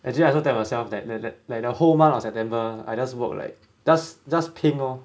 actually I also tell myself that that that like the whole month of september I just work like just just 拼 lor